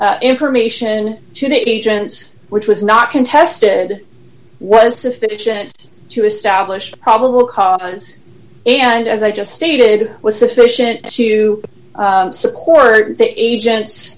his information to the agents which was not contested was sufficient to establish probable cause and as i just stated was sufficient to support the agent